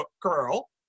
Girl